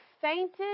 fainted